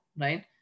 right